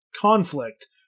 conflict